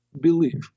Believe